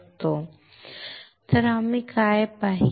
तर आम्ही काय पाहिले